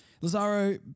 Lazaro